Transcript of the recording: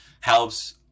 helps